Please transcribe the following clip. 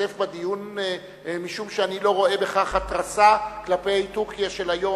להשתתף בדיון משום שאני לא רואה בכך התרסה כלפי טורקיה של היום.